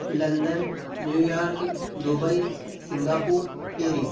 London New York Dubai Singapore Paris